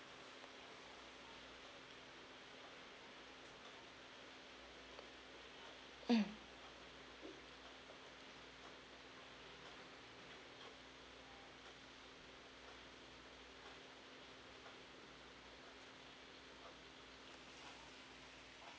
mm